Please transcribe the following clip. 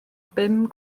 bum